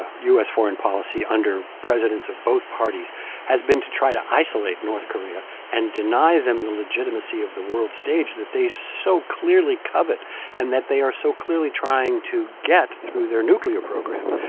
foreign policy under presidents of both parties has been to try to isolate north korea and deny them the legitimacy of the world stage that they so clearly covet and that they are so clearly trying to get through their nuclear program.